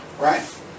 right